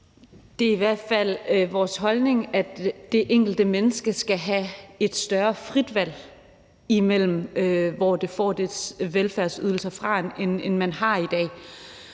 Det er i hvert fald vores holdning, at det enkelte menneske skal have et større frit valg, i forhold til hvor vedkommende får sine velfærdsydelser fra, end man har i dag.